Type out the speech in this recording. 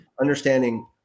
understanding